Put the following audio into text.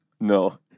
No